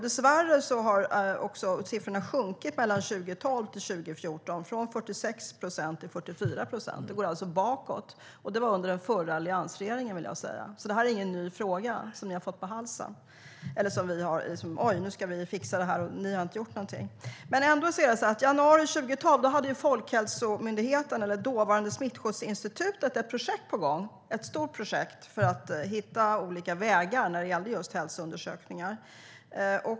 Dessvärre har siffrorna sjunkit mellan 2012 och 2014, från 46 procent till 44 procent. Det går alltså bakåt. Det var under alliansregeringens tid, vill jag säga, så det är ingen ny fråga där vi säger: Oj, nu ska vi fixa det här, och ni har inte gjort någonting. I januari 2012 hade Folkhälsomyndigheten eller dåvarande Smittskyddsinstitutet ett stort projekt på gång för att hitta olika vägar när det gällde just hälsoundersökningar.